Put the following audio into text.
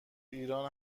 ایران